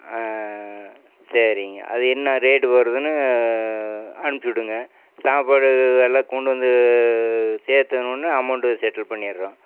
சரிங்க அது என்ன ரேட்டு வருதுன்னு அனுப்ச்சு விடுங்க சாப்பாடு எல்லாம் கொண்டு வந்து சேர்த்துன ஒடனே அமௌண்ட்டு செட்டில் பண்ணிடறோம்